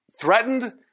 threatened